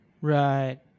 Right